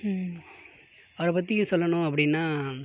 அவரை பற்றி சொல்லணும் அப்படின்னா